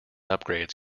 upgrades